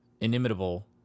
inimitable